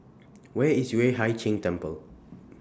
Where IS Yueh Hai Ching Temple